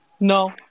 No